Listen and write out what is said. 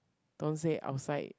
don't say outside